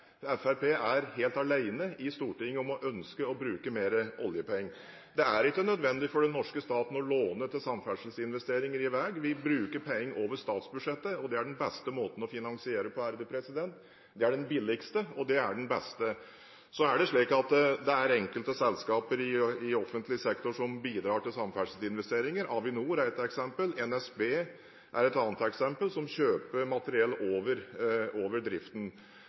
ikke nødvendig for den norske staten å låne til samferdselsinvesteringer i vei. Vi bruker penger over statsbudsjettet. Det er den beste måten å finansiere på, og det er den billigste. Det er enkelte selskaper i offentlig sektor som bidrar til samferdselsinvesteringer. Avinor er ett eksempel, NSB et annet, der en kjøper materiell over driften.